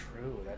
true